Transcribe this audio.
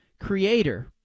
creator